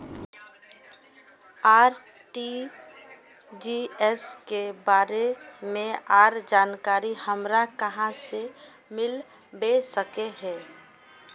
RTGS के बारे में आर जानकारी हमरा कहाँ से मिलबे सके है?